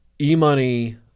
E-money